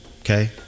Okay